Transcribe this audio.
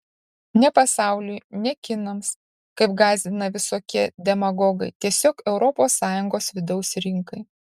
ne pasauliui ne kinams kaip gąsdina visokie demagogai tiesiog europos sąjungos vidaus rinkai